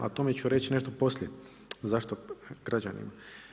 A o tome ću reći nešto poslije zašto građanima.